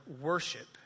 worship